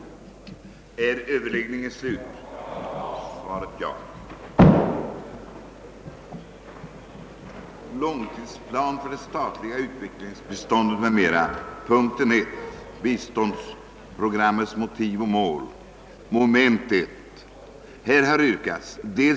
såge fortsatta strävanden på det handelspolitiska området, stånd skulle uppnås under loppet av de tre nästföljande budgetåren,